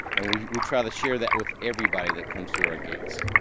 and we we try to share that with everybody that comes through our gates.